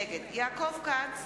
נגד יעקב כץ,